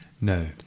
No